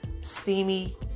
steamy